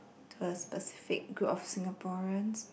to a specific group of Singaporeans